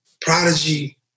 prodigy